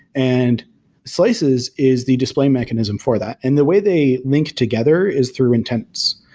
and slices is the display mechanism for that. and the way they link together is through intents,